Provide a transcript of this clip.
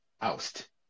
oust